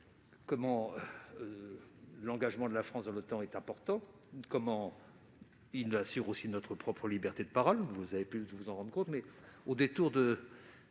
combien l'engagement de la France dans l'OTAN est important et combien il assure notre propre liberté de parole. Vous avez pu vous en rendre compte ! L'adoption de